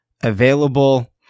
available